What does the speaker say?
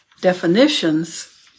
definitions